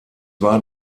war